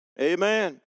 Amen